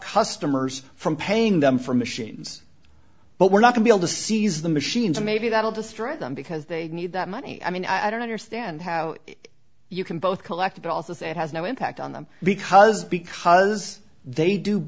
customers from paying them for machines but we're not to be able to seize the machines maybe that will destroy them because they need that money i mean i don't understand how you can both collect it also say it has no impact on them because because they do